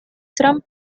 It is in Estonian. trump